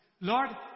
Lord